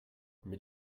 mais